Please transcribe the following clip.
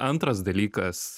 antras dalykas